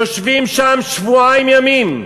יושבים שם שבועיים ימים,